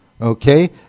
Okay